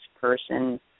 person